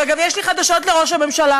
וגם יש לי חדשות לראש הממשלה: